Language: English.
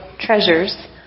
treasures